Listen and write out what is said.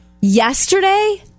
Yesterday